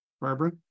Barbara